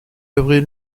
avril